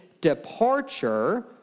departure